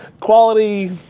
Quality